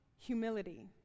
humility